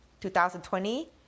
2020